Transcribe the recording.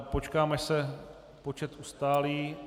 Počkám, až se počet ustálí...